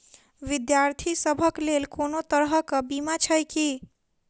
विद्यार्थी सभक लेल कोनो तरह कऽ बीमा छई की?